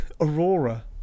Aurora